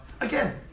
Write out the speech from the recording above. again